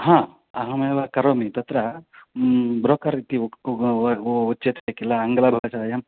हा अहमेव करोमि तत्र ब्रोकर् इति उच्यते किल आङ्गलभाषायाम्